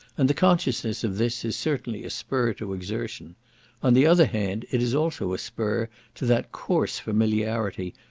and the consciousness of this is certainly a spur to exertion on the other hand, it is also a spur to that coarse familiarity,